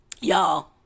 Y'all